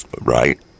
Right